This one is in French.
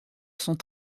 sont